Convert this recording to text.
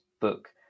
book